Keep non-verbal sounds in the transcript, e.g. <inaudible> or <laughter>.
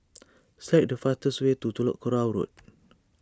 <noise> select the fastest way to Telok Kurau Road <noise>